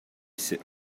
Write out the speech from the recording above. sit